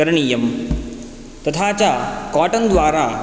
करणीयं तथा च काटन् द्वारा